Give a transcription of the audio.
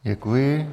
Děkuji.